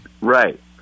Right